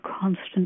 constant